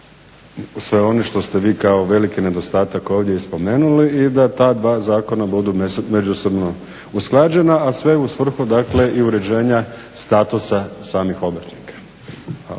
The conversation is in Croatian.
sve one što ste vi kao veliki nedostatak ovdje i spomenuli i da ta dva zakona budu međusobno usklađena, a sve u svrhu dakle i uređenja statusa samih obrtnika.